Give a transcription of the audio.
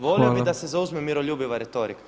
Volio bih da se zauzme miroljubiva retorika.